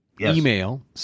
email